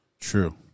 True